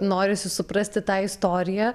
norisi suprasti tą istoriją